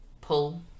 pull